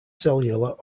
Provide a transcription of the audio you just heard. cellular